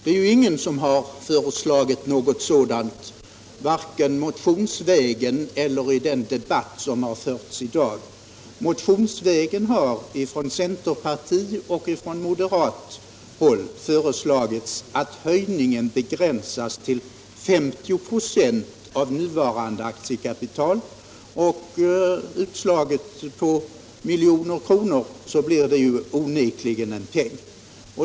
Det är ju ingen som har föreslagit något sådant, vare sig motionsvägen eller i den debatt som har förts här i dag. Motionsvägen har från centerpartiet och från moderat håll föreslagits att höjningen skall begränsas till 50 96 av nuvarande aktiekapital. Uttryckt i miljoner kronor blir det onekligen en peng.